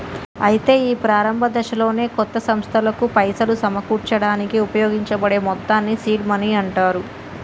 అయితే ఈ ప్రారంభ దశలోనే కొత్త సంస్థలకు పైసలు సమకూర్చడానికి ఉపయోగించబడే మొత్తాన్ని సీడ్ మనీ అంటారు